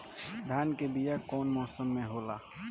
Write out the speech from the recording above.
धान के बीया कौन मौसम में होला?